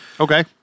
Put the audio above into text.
Okay